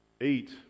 eight